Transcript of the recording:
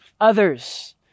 Others